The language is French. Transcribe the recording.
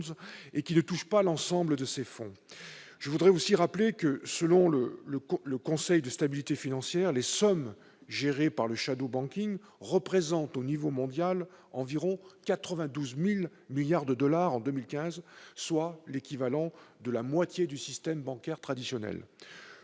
les, qui n'affecte pas l'ensemble de ces fonds. Je voudrais aussi rappeler que, selon le Conseil de stabilité financière, les sommes gérées par le représentaient en 2015, à l'échelle mondiale, environ 92 000 milliards de dollars, soit l'équivalent de la moitié du système bancaire traditionnel.